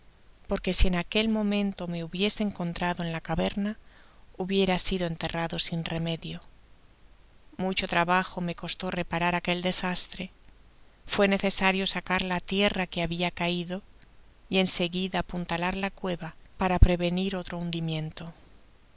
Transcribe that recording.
porque si en aquel momento me hubiese encontrado en la caverna hubiera sido enterrado sin remedio mucho trabajo me costó reparar aquel desastre fué necesario sacar la tierra que habia caido y en seguida apuntalar la cueva para prevenir otro hundimiento